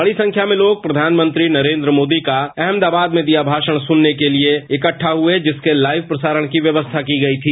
बसी संख्या में लोग प्रधानमंत्री नरेंद्र मोदी द्वारा अहमदाबाद में दिए गए भाषण को सुनने के लिए ईकडा हुए जिसके लाइव प्रसारण की व्यवस्था की गई थी